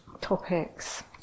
topics